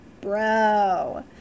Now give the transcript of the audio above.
Bro